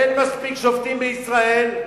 אין מספיק שופטים בישראל,